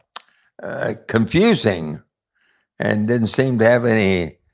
ah confusing and didn't seem to have any